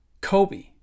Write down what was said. Kobe